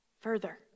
further